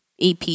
ep